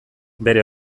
bere